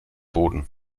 boden